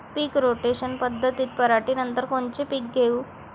पीक rotation पद्धतीत पराटीनंतर कोनचे पीक घेऊ?